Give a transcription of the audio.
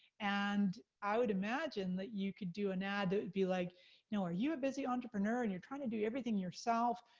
and i would imagine that you could do an ad, that would be like, you know, are you a busy entrepreneur, and you're trying to do everything yourself?